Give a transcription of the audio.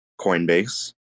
Coinbase